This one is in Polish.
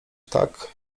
tak